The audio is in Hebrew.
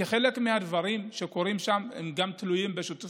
כי חלק מהדברים שקורים שם תלויים גם בשיתוף